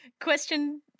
Question